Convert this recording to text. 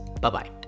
Bye-bye